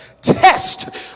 test